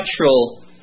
natural